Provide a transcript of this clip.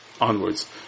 Onwards